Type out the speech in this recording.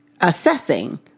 assessing